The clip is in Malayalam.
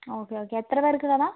ഓക്കേ ഓക്കേ എത്ര പേർക്കുളളതാണ്